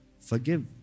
Forgive